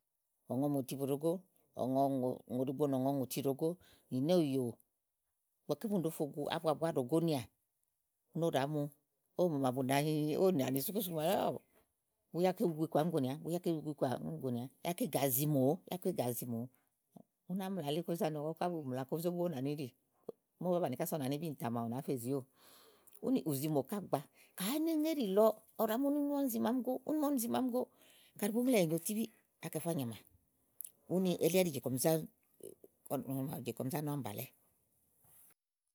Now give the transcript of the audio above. ɔ̀ŋɔmòti bù ɖòo gó, ùŋò ɖíigbo nɔ̀ŋɔŋòti ɖòo gó nì nóòyò ígbɔké búni ɖòó fo gu ábua búá ɖòo gónìà úni ówo ɖàá mu. ówò mò màaké bu nàá nyi ówo nyì ani súkú súkú mò ani ówò buya ígbɔké bu gu iku àámi ɖòo gònìà bu yá ígbɔké bu gu iku àámi gonìàá ígbɔké ègà zìi mòó yá ígbɔké ègà zi mòó ú ná mla elí kó zá nɔ ówo ká bù mla kó zó bu ówó nàani íɖì. ímɛ̀ ówó bàá banìi ówó nàa màawu nàá fe ibi íìntã ziówò úni ù zimò ká gbàa. Kayi é né ŋe íɖì lɔ úni ɔwɔ ɖàa yá ni úni zi màámi go, úni ma úni zi ùŋò àámi go kaɖi bùú ŋlèèwɛ́ nyo tíbí, àá kɛ fá nyàmà. úni elí ɛɖí jè kɔɔ̀m je aɔnɔ màaké jè kɔm zá nɔ ámí bàlɛ.